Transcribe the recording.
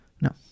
No